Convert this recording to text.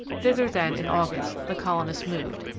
thither, then, in august the colonists moved,